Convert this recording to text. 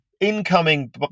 incoming